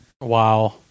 Wow